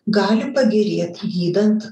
gali pagerėt gydant